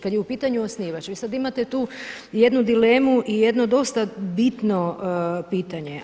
Kada je u pitanju osnivač, vi sada imate tu jednu dilemu i jednu dosta bitno pitanje.